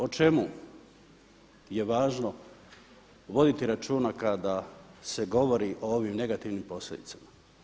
O čemu je važno voditi računa kada se govori o ovim negativnim posljedicama?